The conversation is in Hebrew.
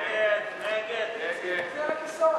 להסיר מסדר-היום